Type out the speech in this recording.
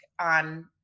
on